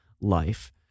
life